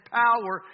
power